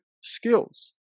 skills